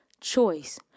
choice